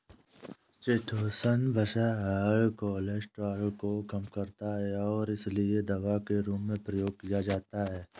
chitosan वसा और cholesterol को कम करता है और इसीलिए दवा के रूप में प्रयोग किया जाता है